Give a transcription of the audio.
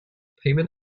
payment